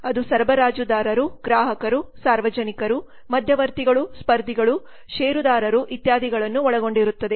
ಅದು ಸರಬರಾಜುದಾರರು ಗ್ರಾಹಕರು ಸಾರ್ವಜನಿಕರು ಮಧ್ಯವರ್ತಿಗಳು ಸ್ಪರ್ಧಿಗಳು ಷೇರುದಾರರು ಇತ್ಯಾದಿಗಳನ್ನು ಒಳಗೊಂಡಿರುತ್ತದೆ